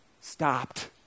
stopped